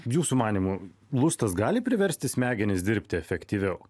jūsų manymu lustas gali priversti smegenis dirbti efektyviau